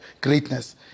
greatness